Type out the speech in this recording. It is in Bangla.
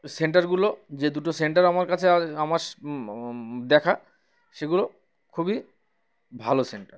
সেন্টারগুলো যে দুটো সেন্টার আমার কাছে আমার দেখা সেগুলো খুবই ভালো সেন্টার